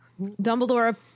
Dumbledore